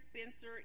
Spencer